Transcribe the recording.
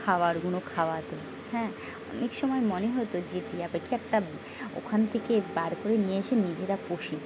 খাওয়ারগুলো খাওয়াতো হ্যাঁ অনেক সময় মনে হতো যে টিয়া পাখি একটা ওখান থেকে বার করে নিয়ে এসে নিজেরা পুষি